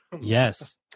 Yes